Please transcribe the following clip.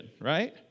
right